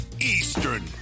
Eastern